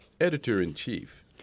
Editor-in-Chief